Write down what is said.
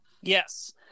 Yes